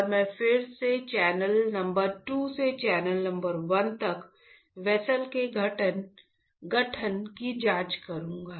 और मैं फिर से चैनल नंबर 2 से चैनल नंबर 1 तक वेसल के गठन की जांच करूंगा